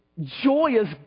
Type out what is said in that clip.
joyous